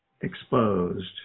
exposed